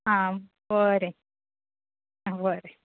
आं बरें आं बरें